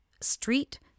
street